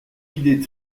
idée